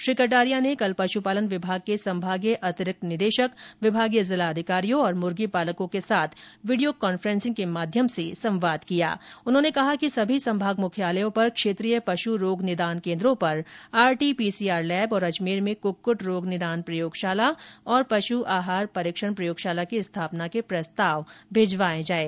श्री कटारिया ने कल पश्पालन विभाग के संभागीय अतिरिक्त निदेशक विभागीय जिला अधिकारियों और मुर्गीपालकों के साथ वीडियो कॉन्फ्रेंसिंग के माध्यम से संवाद करते हुए कहा कि सभी संभाग मुख्यालयों पर क्षेत्रीय पशु रोग निदान केन्द्रों पर आरटीपीसीआर लैब और अजमेर में कुक्कूट रोग निदान प्रयोगशाला तथा पशु आहार परीक्षण प्रयोगशाला की स्थापना के प्रस्ताव भिजवाएं जाएं